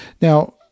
Now